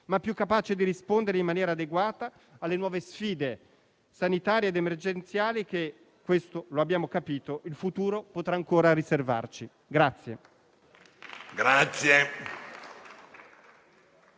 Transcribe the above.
ma più capace di rispondere in maniera adeguata alle nuove sfide sanitarie ed emergenziali che - questo lo abbiamo capito - il futuro potrà ancora riservarci.